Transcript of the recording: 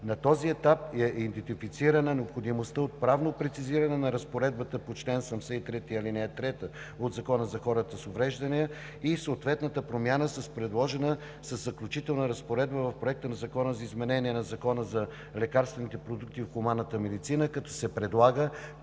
На този етап е идентифицирана необходимостта от правно прецизиране на разпоредбата по чл. 73, ал. 3 от Закона за хората с увреждания и съответната промяна с предложена заключителна разпоредба в Проекта на закона за изменение на Закона за лекарствените продукти в хуманната медицина, като се предлага